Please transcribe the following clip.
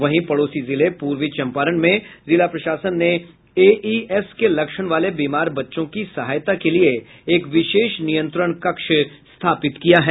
वहीं पड़ोसी जिले पूर्वी चंपारण में जिला प्रशासन ने एईएस के लक्षण वाले बीमार बच्चों की सहायता के लिये एक विशेष नियंत्रण कक्ष स्थापित किया है